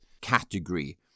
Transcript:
category